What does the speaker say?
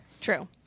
True